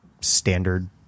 standard